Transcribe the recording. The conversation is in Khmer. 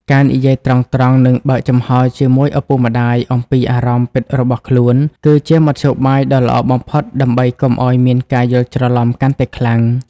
ការនិយាយត្រង់ៗ និងបើកចំហជាមួយឪពុកម្ដាយអំពីអារម្មណ៍ពិតរបស់ខ្លួន គឺជាមធ្យោបាយដ៏ល្អបំផុតដើម្បីកុំឱ្យមានការយល់ច្រឡំកាន់តែខ្លាំង។